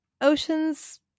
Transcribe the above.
Oceans